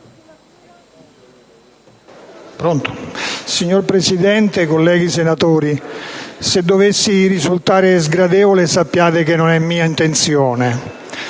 Signor Presidente, colleghi senatori, se dovessi risultare sgradevole, sappiate che non è mia intenzione.